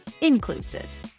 inclusive